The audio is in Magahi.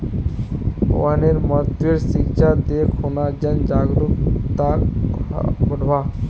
वनेर महत्वेर शिक्षा दे खूना जन जागरूकताक बढ़व्वा